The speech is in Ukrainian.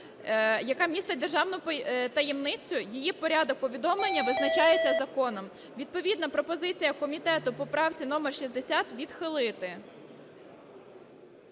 яка містить державну таємницю, її порядок повідомлення визначається законом. Відповідно пропозиція комітету по поправці номер 60 – відхилити.